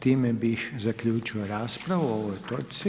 Time bih zaključio raspravu o ovoj točci.